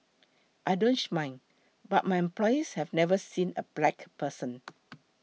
I don't mind but my employees have never seen a black person